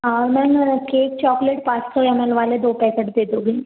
और ma'am cake chocolate पाँच सौ एम एल वाले दो पैकेट दे दोगे